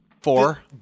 four